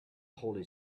holy